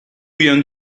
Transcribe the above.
young